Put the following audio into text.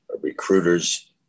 recruiters